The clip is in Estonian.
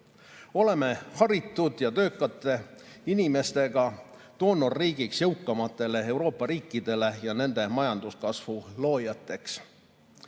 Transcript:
Oleme haritud ja töökate inimestega doonorriigiks jõukamatele Euroopa riikidele ja nende majanduskasvu loojateks.